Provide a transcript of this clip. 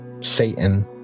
Satan